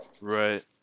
Right